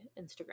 Instagram